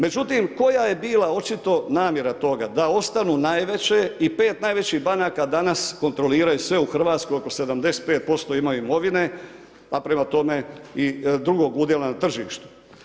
Međutim, koja je bila očito namjera toga da ostanu najveće i pet najvećih banaka danas kontroliraju sve u Hrvatskoj oko 75% imaju imovine, pa prema tome i drugog udjela na tržištu.